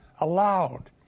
allowed